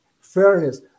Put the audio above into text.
fairness